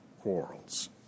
quarrels